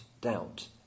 doubt